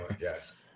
Yes